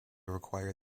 require